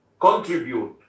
contribute